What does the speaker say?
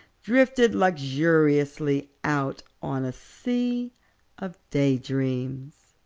drifted luxuriously out on a sea of daydreams.